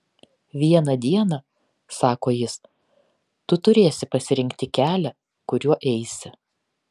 vieną dieną sako jis tu turėsi pasirinkti kelią kuriuo eisi